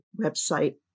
website